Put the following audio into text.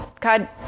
God